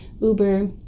Uber